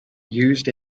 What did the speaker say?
used